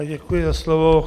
Děkuji za slovo.